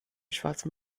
schwarzen